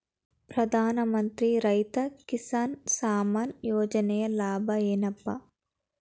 ಪ್ರಧಾನಮಂತ್ರಿ ರೈತ ಕಿಸಾನ್ ಸಮ್ಮಾನ ಯೋಜನೆಯ ಲಾಭ ಏನಪಾ?